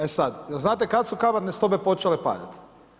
E sad, jel' znate kad su kamatne stope počele padati?